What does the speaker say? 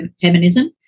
feminism